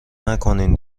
نکنین